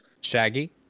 shaggy